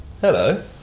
Hello